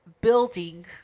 building